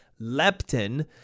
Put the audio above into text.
leptin